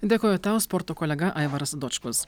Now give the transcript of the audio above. dėkoju tau sporto kolega aivaras dočkus